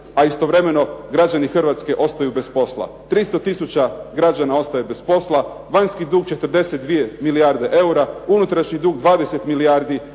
a istovremeno građani Hrvatske ostaju bez posla, 300 tisuća građana ostaje bez posla, vanjski dug 42 milijarde eura, unutrašnji dug 20 milijardi,